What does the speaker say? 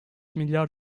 milyar